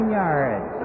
yards